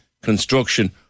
construction